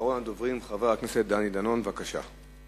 אחרון הדוברים, חבר הכנסת דני דנון, בבקשה.